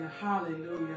Hallelujah